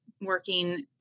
working